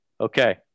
okay